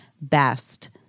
best